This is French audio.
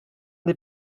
des